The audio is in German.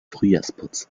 frühjahrsputz